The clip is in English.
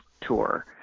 tour